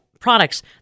products